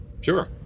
Sure